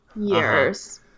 years